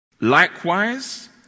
Likewise